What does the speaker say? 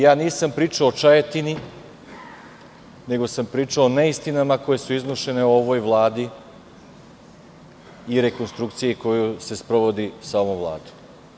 Ja nisam pričao o Čajetini, nego sam pričao o neistinama koje su iznošene o ovoj Vladi i rekonstrukciji koja se sprovodi sa ovom Vladom.